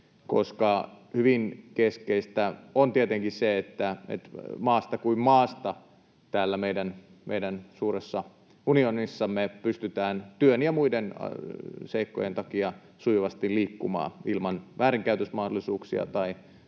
koska hyvin keskeistä on tietenkin se, että maasta kuin maasta täällä meidän suuressa unionissamme pystytään työn ja muiden seikkojen takia sujuvasti liikkumaan ilman väärinkäytösmahdollisuuksia tai